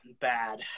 bad